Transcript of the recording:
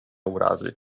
urazy